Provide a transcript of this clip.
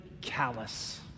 callous